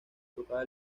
tocaba